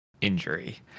injury